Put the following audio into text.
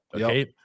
Okay